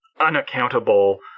unaccountable